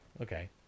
okay